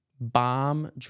Bomb